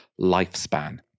lifespan